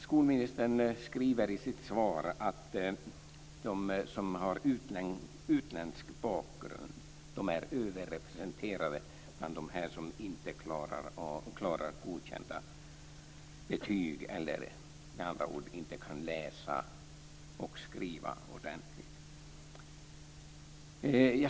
Skolministern skriver i sitt svar att de som har utländsk bakgrund är överrepresenterade bland dem som inte klarar godkända betyg, med andra ord de som inte kan läsa och skriva ordentligt.